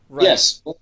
Yes